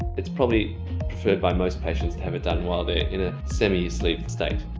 it's probably preferred by most patients to have it done while they're in a semi-asleep state.